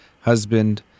husband